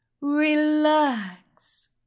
relax